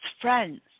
friends